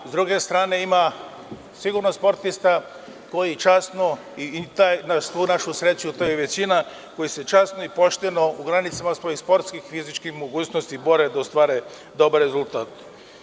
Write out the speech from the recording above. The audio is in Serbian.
S druge strane ima sigurno sportista koji se časno i, na svu našu sreću, to je većina, pošteno u granicama svojih sportskih i fizičkih mogućnostima bore da ostvare dobar rezultat.